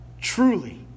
Truly